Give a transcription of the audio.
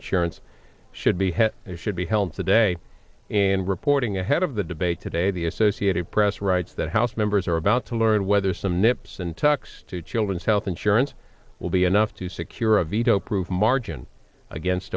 insurance should be what it should be held today in reporting ahead of the debate today the associated press writes that house members are about to learn whether some nips and tucks to children's health insurance will be enough to secure a veto proof margin against